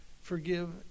forgive